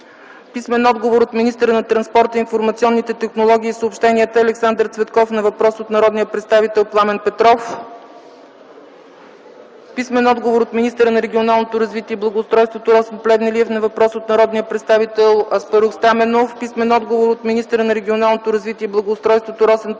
писмен отговор от министъра на транспорта, информационните технологии и съобщенията Александър Цветков на въпрос от народния представител Пламен Петров; - писмен отговор от министъра на регионалното развитие и благоустройството Росен Плевнелиев на въпрос от народния представител Аспарух Стаменов; - писмен отговор от министъра на регионалното развитие и благоустройството Росен Плевнелиев на въпрос от народния представител Петър Курумбашев;